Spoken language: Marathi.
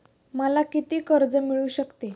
मला किती कर्ज मिळू शकते?